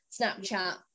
Snapchat